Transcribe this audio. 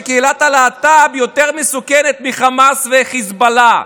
שקהילת הלהט"ב יותר מסוכנת מהחמאס ומהחיזבאללה?